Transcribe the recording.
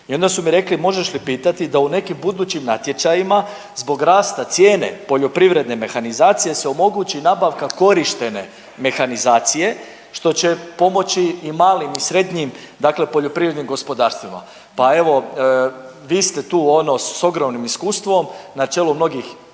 I onda su mi rekli možeš li pitati da u nekim budućim natječajima zbog rasta cijene poljoprivredne mehanizacije se omogući nabavka korištene mehanizacije što će pomoći i malim i srednjim dakle poljoprivrednim gospodarstvima. Pa evo vi ste tu ono s ogromnim iskustvom na čelu mnogih